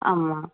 ஆமாம்